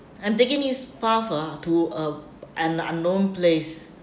I'm taking this path ah to uh an unknown place